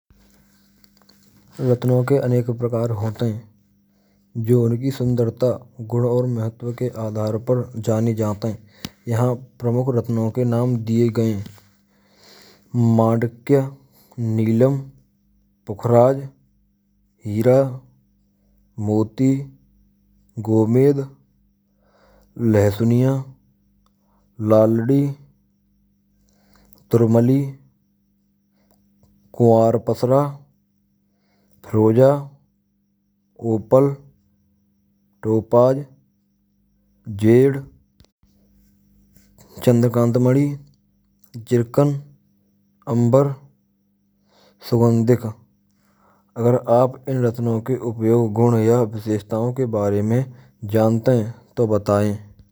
Ratno ke aneko prakaar hote hain jo unakee sundarata bandook aur mahatv ke aadhaar par jaane jahaan par yahaan pramukh ratnon ke naam die gae hay. madakya neelam, pukharaaj, heera, moti, gomed, lehsuniya, laaldi, turmali, kunwar pasra, firoja, kopal, topaj, jed, chandkant madi, jirkan, ambar, sugandhika. Agar aap in ratno ke gun visheshtao ke bare mai jante hay to btaye.